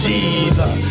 Jesus